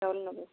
ଚାଉଲ ନବ